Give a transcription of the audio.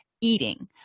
eating